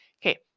Okay